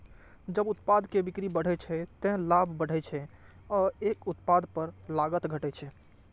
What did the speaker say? जब उत्पाद के बिक्री बढ़ै छै, ते लाभ बढ़ै छै आ एक उत्पाद पर लागत घटै छै